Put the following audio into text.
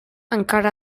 encara